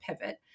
pivot